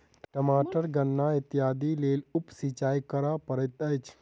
टमाटर गन्ना इत्यादिक लेल उप सिचाई करअ पड़ैत अछि